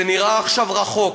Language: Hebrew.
זה נראה עכשיו רחוק,